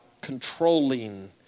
controlling